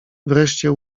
wreszcie